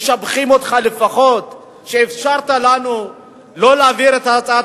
משבחים אותך שלפחות אפשרת לנו לא להעביר את הצעת